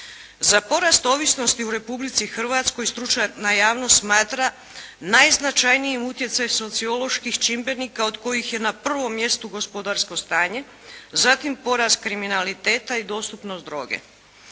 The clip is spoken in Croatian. Za porast ovisnosti u Republici Hrvatskoj stručna javnost smatra najznačajnijim utjecaj socioloških čimbenika od kojih je na prvom mjestu gospodarsko stanje, zatim porast kriminaliteta i dostupnost droge.